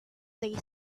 they